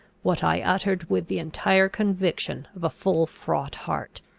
what i uttered with the entire conviction of a full-fraught heart!